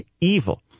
evil